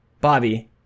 Bobby